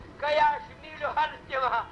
kai aš myliu artimą